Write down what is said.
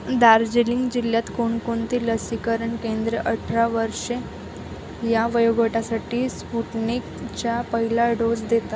दार्जिलिंग जिल्ह्यात कोणकोणती लसीकरण केंद्र अठरा वर्षे या वयोगटासाठी स्पुटनिकच्या पहिला डोस देतात